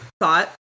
thought